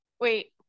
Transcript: wait